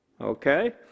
Okay